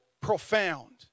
profound